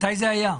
מתי זה היה?